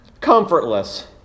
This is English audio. comfortless